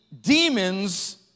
demons